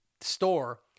store